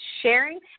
sharing